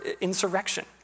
insurrection